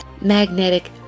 magnetic